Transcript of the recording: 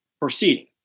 proceeding